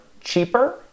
cheaper